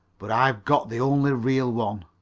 but i've got the only real one.